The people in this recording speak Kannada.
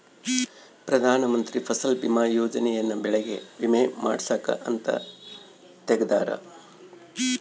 ಪ್ರಧಾನ ಮಂತ್ರಿ ಫಸಲ್ ಬಿಮಾ ಯೋಜನೆ ಯನ್ನ ಬೆಳೆಗೆ ವಿಮೆ ಮಾಡ್ಸಾಕ್ ಅಂತ ತೆಗ್ದಾರ